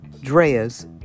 Drea's